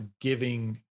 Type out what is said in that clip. giving